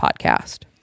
podcast